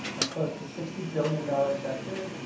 a close to sixty billion dollars sector.